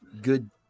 good